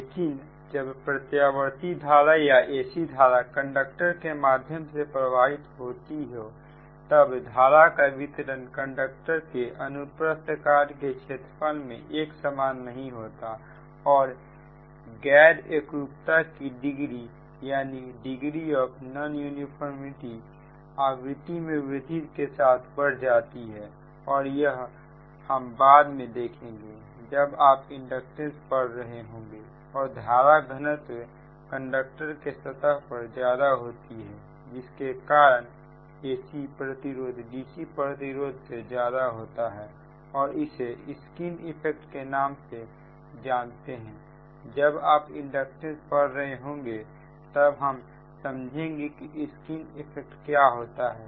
लेकिन जब प्रत्यावर्ती धारा या ac धारा कंडक्टर के माध्यम से प्रवाहित होती हो तब धारा का वितरण कंडक्टर के अनुप्रस्थ काट के क्षेत्रफल में एक समान नहीं होता है और गैर एकरूपता की डिग्री आवृत्ति में वृद्धि के साथ बढ़ जाती है और यह हम बाद में देखेंगे जब आप इंडक्टेंस पढ़ रहे होंगे और धारा घनत्व कंडक्टर के सतह पर ज्यादा होती है जिसके कारण ac प्रतिरोध dc प्रतिरोध से ज्यादा होता है और इसे स्किन इफेक्ट के नाम से जानते हैं जब आप इंडक्टेंस पढ़ रहे होंगे तब हम समझेंगे कि स्किन इफेक्ट क्या होता है